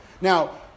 Now